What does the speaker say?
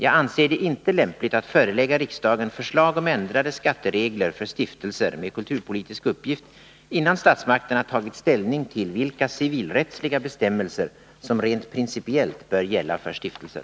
Jag anser det inte lämpligt att förelägga riksdagen förslag om ändrade skatteregler för stiftelser med kulturpolitisk uppgift, innan statsmakterna tagit ställning till vilka civilrättsliga bestämmelser som rent principiellt bör gälla för stiftelser.